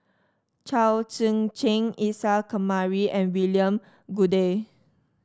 Chao Tzee Cheng Isa Kamari and William Goode